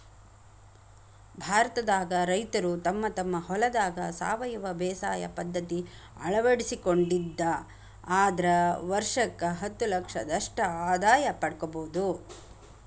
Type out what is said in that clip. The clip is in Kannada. ಭಾರತದಾಗ ರೈತರು ತಮ್ಮ ತಮ್ಮ ಹೊಲದಾಗ ಸಾವಯವ ಬೇಸಾಯ ಪದ್ಧತಿ ಅಳವಡಿಸಿಕೊಂಡಿದ್ದ ಆದ್ರ ವರ್ಷಕ್ಕ ಹತ್ತಲಕ್ಷದಷ್ಟ ಆದಾಯ ಪಡ್ಕೋಬೋದು